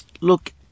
Look